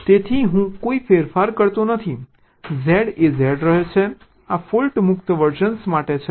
તેથી હું કોઈ ફેરફાર કરતો નથી Z એ Z રહે છે આ ફોલ્ટ મુક્ત વર્ઝન માટે છે